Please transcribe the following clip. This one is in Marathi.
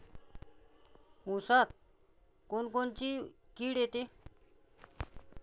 ऊसात कोनकोनची किड येते?